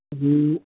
جی